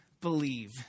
believe